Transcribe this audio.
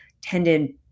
tended